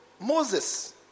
Moses